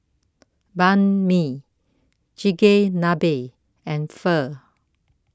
Banh Mi Chigenabe and Pho